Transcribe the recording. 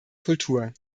kultur